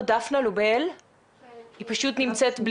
היום אני בטייטל של